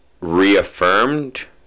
reaffirmed